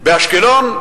באשקלון,